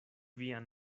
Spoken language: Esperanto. vian